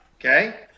Okay